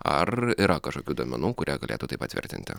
ar yra kažkokių duomenų kurie galėtų tai patvirtinti